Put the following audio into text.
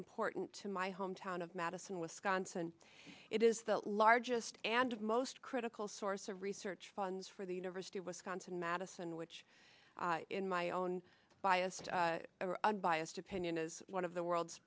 important to my hometown of madison wisconsin it is the largest and most critical source of research funds for the university of wisconsin madison which in my own biased or unbiased opinion is one of the world's